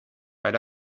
right